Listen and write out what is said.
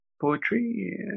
poetry